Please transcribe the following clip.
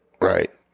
Right